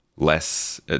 less